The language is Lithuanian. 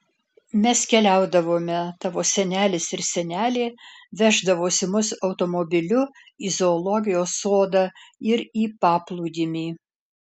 mes keliaudavome tavo senelis ir senelė veždavosi mus automobiliu į zoologijos sodą ir į paplūdimį